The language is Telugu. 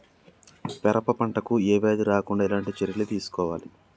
పెరప పంట కు ఏ వ్యాధి రాకుండా ఎలాంటి చర్యలు తీసుకోవాలి?